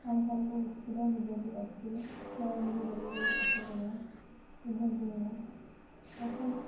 হালকা হালকা উড়ছিল হেঁটে হেঁটে যাচ্ছিল সবাই মিলে দেবো বলে চেষ্টা করলাম সিদ্ধান্ত নিলাম তখন